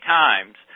times